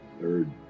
Third